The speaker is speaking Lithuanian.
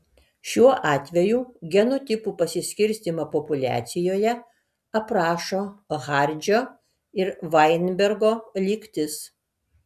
šiuo atveju genotipų pasiskirstymą populiacijoje aprašo hardžio ir vainbergo lygtis